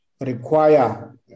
require